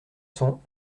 cent